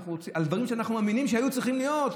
על דברים שאנחנו מאמינים שהיו צריכים להיות,